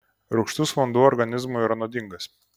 rūgštus vanduo organizmui yra nuodingas